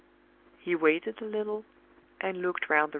he waited a little and looked round the room.